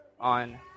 on